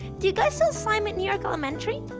do you guys sell slime at new york elementary?